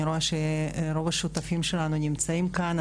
אני רואה שרוב השותפים שלנו נמצאים כאן.